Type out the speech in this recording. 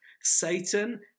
Satan